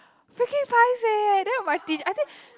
freaking paiseh eh then my tea~ I think